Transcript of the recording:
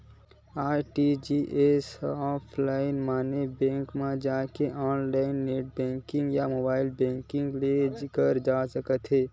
RTGS ह offline माने bank म जाके या ऑनलाईन नेट बेंकिंग या मोबाईल बेंकिंग ले करे जा सकत हे